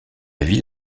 ville